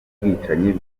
ubwicanyi